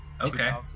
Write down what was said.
okay